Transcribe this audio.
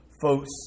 folks